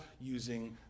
using